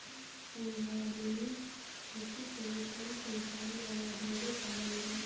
संधारनीय खेती के नुकसान पहुँचावे वाला ढेरे कारण बा